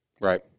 Right